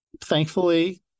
thankfully